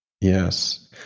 Yes